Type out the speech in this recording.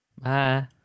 Bye